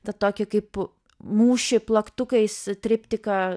tą tokį kaip mūšį plaktukais triptiką